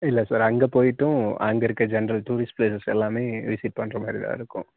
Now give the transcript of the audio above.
இல்லை சார் அங்கே போய்விட்டும் அங்கே இருக்கற ஜென்ரல் டூரிஸ்ட் ப்ளேஸஸ் எல்லாமே விசிட் பண்ணுற மாதிரி தான் இருக்கும்